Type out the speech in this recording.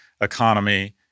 economy